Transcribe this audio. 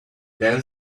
then